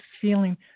feeling